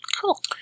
Cool